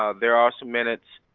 ah there are some minutes.